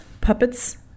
puppets